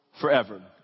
forever